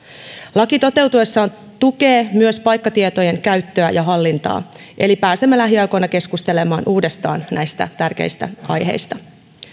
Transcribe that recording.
laki toteutuessaan tukee myös paikkatietojen käyttöä ja hallintaa eli pääsemme lähiaikoina keskustelemaan uudestaan näistä tärkeistä aiheista